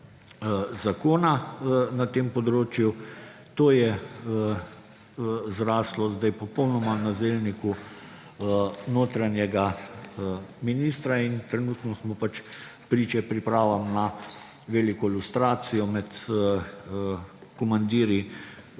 zakona na tem področju. To je zraslo sedaj popolnoma na zelniku notranjega ministra in trenutno smo pač priče pripravam na veliko lustracijo med komandirji